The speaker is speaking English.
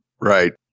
Right